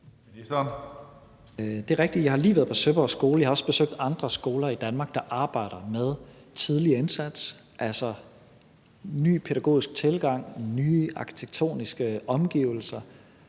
Det er rigtigt. Jeg har lige været på Søborg Skole. Jeg har også besøgt andre skoler i Danmark, der arbejder med tidlig indsats, altså ny pædagogisk tilgang, nye arkitektoniske omgivelser,